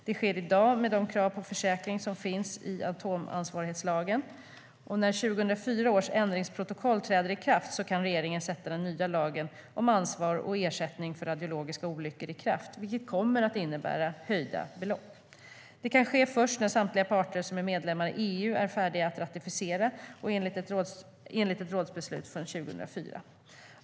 Det sker i dag med de krav på försäkring som finns i atomansvarighetslagen. När 2004 års ändringsprotokoll träder i kraft kan regeringen sätta den nya lagen om ansvar och ersättning för radiologiska olyckor i kraft, vilket kommer att innebära höjda belopp. Det kan ske först när samtliga parter som är medlemsstater i EU är färdiga att ratificera enligt ett rådsbeslut från 2004.